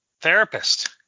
therapist